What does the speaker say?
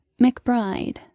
McBride